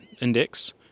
index